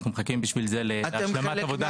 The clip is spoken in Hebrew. לצורך כך אנחנו מחכים להשלמת עבודת המטה.